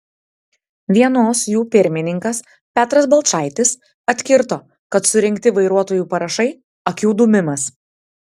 vienos jų pirmininkas petras balčaitis atkirto kad surinkti vairuotojų parašai akių dūmimas